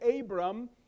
Abram